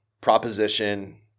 Proposition